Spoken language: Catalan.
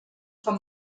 com